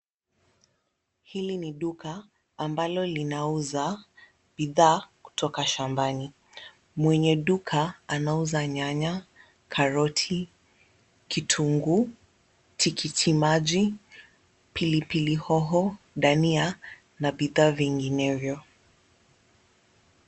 Hili ni duka ambalo linauza bidhaa kutoka shambani. Mwenye duka anauza nyanya, karoti, kitunguu, tikiti maji, pilipili hoho, dania na bidhaa vinginevyo.